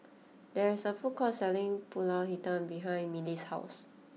there is a food court selling Pulut Hitam behind Mylee's house